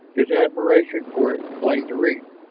his admiration for it plain to read.